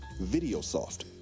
VideoSoft